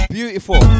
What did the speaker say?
Beautiful